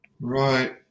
Right